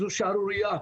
זו שערורייה.